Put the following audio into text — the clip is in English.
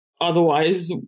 otherwise